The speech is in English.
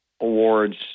awards